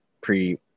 pre